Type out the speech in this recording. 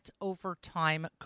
Overtime